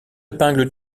épingle